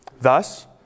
Thus